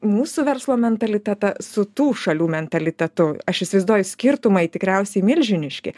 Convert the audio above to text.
mūsų verslo mentalitetą su tų šalių mentalitetu aš įsivaizduoju skirtumai tikriausiai milžiniški